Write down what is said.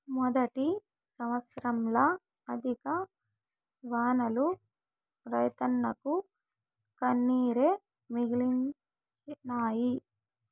మొదటి సంవత్సరంల అధిక వానలు రైతన్నకు కన్నీరే మిగిల్చినాయి